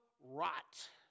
rot